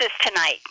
tonight